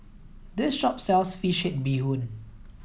this shop sells fish head bee hoon